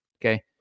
Okay